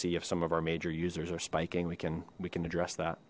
see if some of our major users are spiking we can we can address that